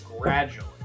gradually